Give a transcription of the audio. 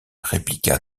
répliqua